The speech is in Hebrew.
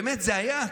באמת, זה היה.